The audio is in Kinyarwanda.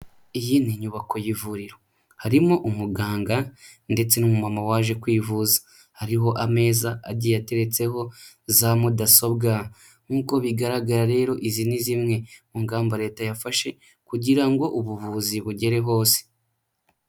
Iyi ni inyubako y'ivuriro. Harimo umuganga ndetse n'umumama waje kwivuza. Hariho ameza agiye ateretseho za mudasobwa. Nk'uko bigaragara rero izi ni zimwe mu ngamba leta yafashe kugira ngo ubuvuzi bugere hose.